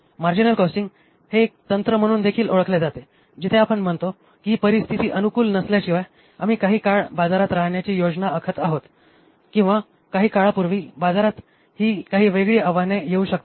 marginal costing हे एक तंत्र म्हणून देखील ओळखले जाते जिथे आपण म्हणतो की ही परिस्थिती अनुकूल नसल्याशिवाय आम्ही काही काळ बाजारात राहण्याची योजना आखत आहोत किंवा काही काळापूर्वी बाजारात ही काही वेगळी आव्हाने येऊ शकतात